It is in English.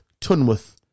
Tunworth